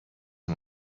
nur